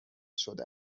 شده